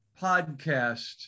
podcast